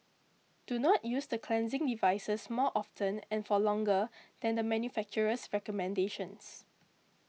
do not use the cleansing devices more often and for longer than the manufacturer's recommendations